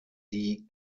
die